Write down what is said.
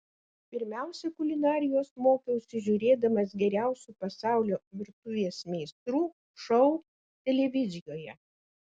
pirmiausia kulinarijos mokiausi žiūrėdamas geriausių pasaulio virtuvės meistrų šou televizijoje